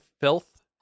filth